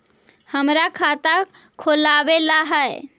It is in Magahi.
हमरा खाता खोलाबे ला है?